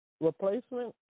replacement